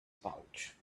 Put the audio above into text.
pouch